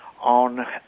on